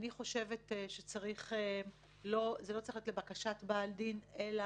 אני חושבת שזה לא צריך להיות לבקשת בעל דין, אלא